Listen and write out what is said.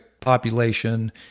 population